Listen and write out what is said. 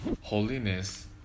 holiness